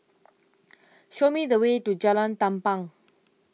show me the way to Jalan Tampang